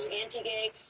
anti-gay